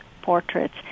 portraits